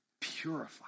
purify